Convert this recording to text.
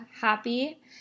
happy